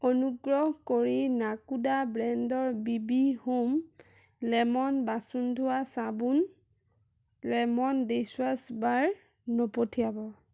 অনুগ্ৰহ কৰি নাকোডা ব্ৰেণ্ডৰ বিবি হোম লেমন বাচন ধোৱা চাবোন লেমন ডিচৱাশ্ব বাৰ নপঠিয়াব